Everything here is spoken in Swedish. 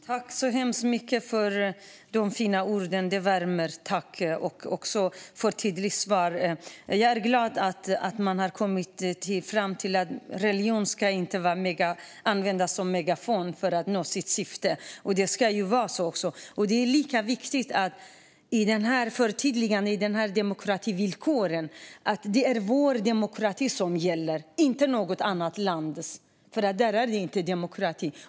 Fru talman! Tack för de fina orden! De värmer. Jag vill också tacka för det tydliga svaret. Jag är glad över att man kommit fram till att religion inte ska användas som megafon för att man ska nå sitt syfte. Så ska det vara. Det är också viktigt att det i förtydligandet av demokrativillkoren framgår att det är vår demokrati som gäller, inte något annat lands. Där har man för övrigt inte demokrati.